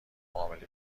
معامله